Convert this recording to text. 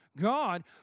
God